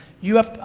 you have,